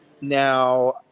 Now